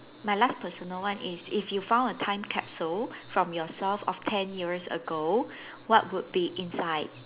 my last personal one is if you found a time capsule from yourself of ten years ago what would be inside